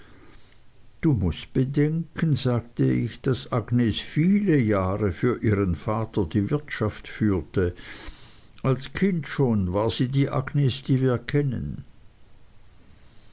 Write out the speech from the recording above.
du mußt bedenken sagte ich daß agnes viele jahre für ihren vater die wirtschaft führte als kind schon war sie die agnes die wir kennen